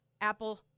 Apple